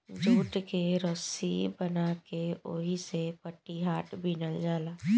jute के रसी बना के ओहिसे पटिहाट बिनल जाला